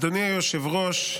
אדוני היושב-ראש,